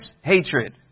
hatred